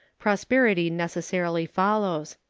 prosperity necessarily follows.